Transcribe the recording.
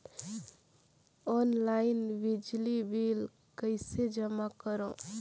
Online बिजली bill कइसे जमा करव?